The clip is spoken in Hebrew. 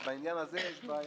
ובעניין הזה יש בעיה.